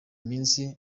minsi